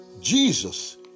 Jesus